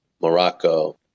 Morocco